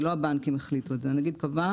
זה לא הבנקים החליטו את זה, הנגיד קבע.